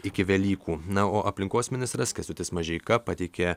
iki velykų na o aplinkos ministras kęstutis mažeika pateikė